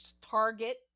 target